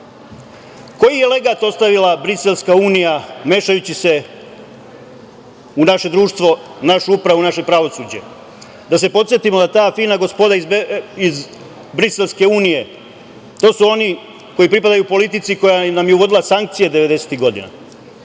je legat ostavila briselska unija mešajući se u naše društvo, u našu upravu, u naše pravosuđe? Da se podsetimo da ta fina gospoda iz briselske unije, to su oni koji pripadaju politici koja nam je uvodila sankcije 90-ih godina,